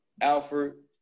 Alfred